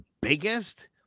biggest